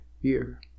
year